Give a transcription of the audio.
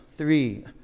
Three